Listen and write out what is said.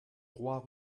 trois